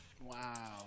Wow